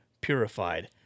purified